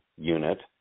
unit